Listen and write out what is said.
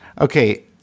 Okay